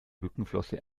rückenflosse